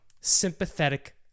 sympathetic